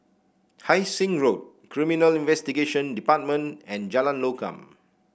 Hai Sing Road Criminal Investigation Department and Jalan Lokam